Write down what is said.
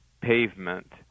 pavement